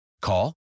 Call